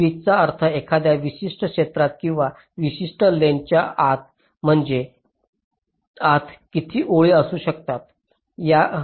पीचचा अर्थ एखाद्या विशिष्ट क्षेत्रात किंवा विशिष्ट लेंग्थस च्या आत म्हणजे आपण किती ओळी काढू शकता